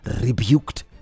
rebuked